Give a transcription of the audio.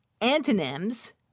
antonyms